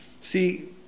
See